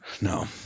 No